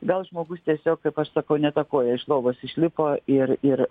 gal žmogus tiesiog kaip aš sakau ne ta koja iš lovos išlipo ir ir